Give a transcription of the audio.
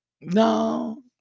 no